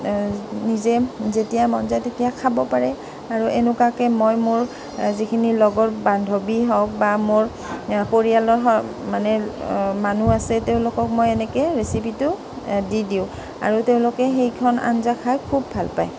নিজে যেতিয়া মন যায় তেতিয়া খাব পাৰে আৰু এনেকুৱাকৈ মই মোৰ যিখিনি লগৰ বান্ধৱী হওক বা মোৰ পৰিয়ালৰ হওক মানে মানুহ আছে তেওঁলোকক মই এনেকৈ ৰেচিপিটো দি দিওঁ আৰু তেওঁলোকে সেইখন আঞ্জা খাই খুব ভাল পায়